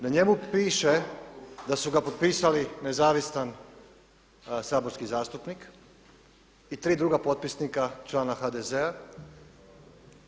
Na njemu piše da su ga potpisali nezavisan saborski zastupnik i tri druga potpisnika člana HDZ-a.